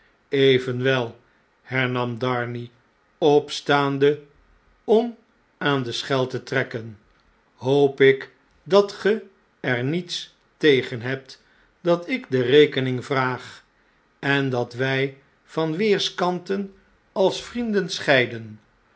evenwel hernam darnay opstaande om aan de schel tetrekken hoopik dat geer niets tegen hebt dat ik de rekening vraag en dat wjj van weerskanten als vrienden seheiden